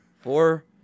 Four